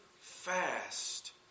fast